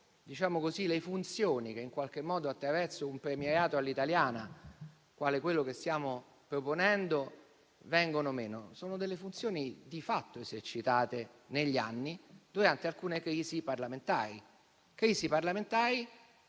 in qualche modo, attraverso un premierato all'italiana quale quello che stiamo proponendo, vengono meno? Sono funzioni di fatto esercitate negli anni durante alcune crisi parlamentari,